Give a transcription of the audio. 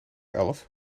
elf